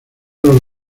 los